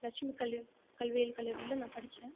லட்சுமி கல்வி கல்வியியல் கல்லூரியில் நான் படித்தேன்